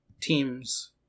teams